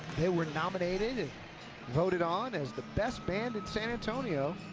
they were nominated and voted on as the best band in san antonio.